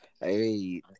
Hey